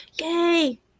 Yay